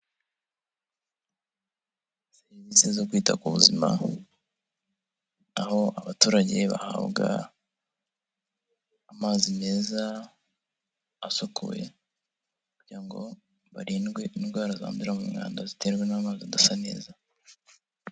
Serivisi zo kwita ku buzima, aho abaturage bahabwa amazi meza, asukuye, kugira ngo barindwe indwara zandurira mu mwanda, ziterwa n'amazi adasa neza.